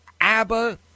ABBA